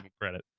credit